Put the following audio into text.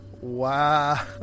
Wow